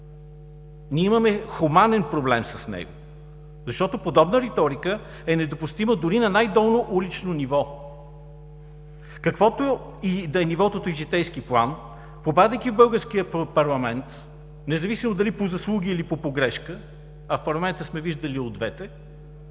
Ние имаме хуманен проблем с него, защото подобна риторика е недопустима дори на най-долно улично ниво. Каквото и да е нивото ти в житейски план, попадайки в българския парламент, независимо дали по заслуги или по погрешка, а в парламента сме виждали и от двете,